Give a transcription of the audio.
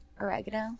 Oregano